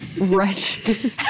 wretched